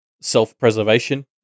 self-preservation